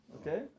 okay